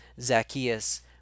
Zacchaeus